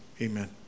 Amen